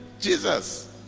Jesus